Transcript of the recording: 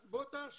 אז בוא תשוו